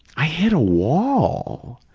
i hit a wall,